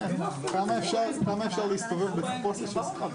כבר היו מספר פגישות בנושא.